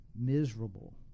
miserable